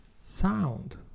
sound